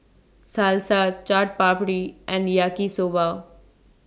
Salsa Chaat Papri and Yaki Soba